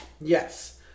Yes